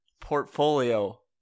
portfolio